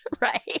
Right